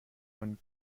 one